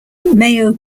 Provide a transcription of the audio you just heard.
mayo